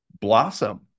blossom